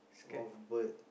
of bird